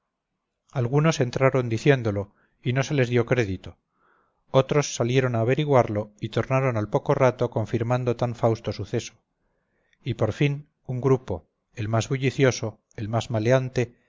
algunos entraron diciéndolo y no se les dio crédito otros salieron a averiguarlo y tornaron al poco rato confirmando tan fausto suceso y por fin un grupo el más bullicioso el más maleante